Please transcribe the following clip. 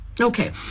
Okay